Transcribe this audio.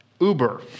Uber